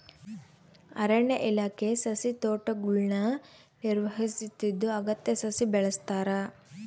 ಅರಣ್ಯ ಇಲಾಖೆ ಸಸಿತೋಟಗುಳ್ನ ನಿರ್ವಹಿಸುತ್ತಿದ್ದು ಅಗತ್ಯ ಸಸಿ ಬೆಳೆಸ್ತಾರ